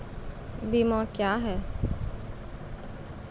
बीमा क्या हैं?